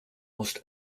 most